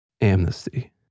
amnesty